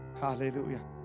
Hallelujah